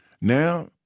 Now